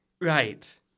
Right